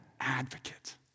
advocate